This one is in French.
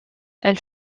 elle